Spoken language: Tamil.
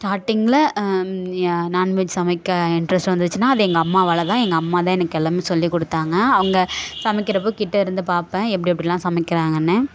ஸ்டார்ட்டிங்கில் ஏ நாண்வெஜ் சமைக்க இன்ட்ரெஸ்ட் வந்துச்சுன்னா அது எங்கள் அம்மாவால் தான் எங்கள் அம்மா தான் எனக்கு எல்லாமே சொல்லிக் கொடுத்தாங்க அவங்க சமைக்கிறப் போது கிட்டே இருந்து பார்ப்பேன் எப்படி எப்படிலாம் சமைக்கிறாங்கன்னு